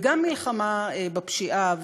וגם מלחמה בפשיעה.